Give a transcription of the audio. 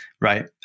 right